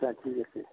ঠিক আছে